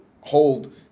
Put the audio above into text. hold